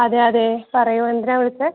അതെ അതെ പറയൂ എന്തിനാണ് വിളിച്ചത്